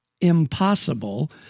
impossible